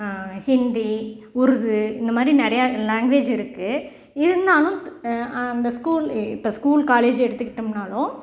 ஹிந்தி உருது இந்த மாதிரி நிறையா லாங்வேஜு இருக்குது இருந்தாலும் அந்த ஸ்கூலில் இப்போ ஸ்கூல் காலேஜ் எடுத்துக்கிட்டோம்னாலும்